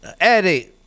Eddie